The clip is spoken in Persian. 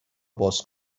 باز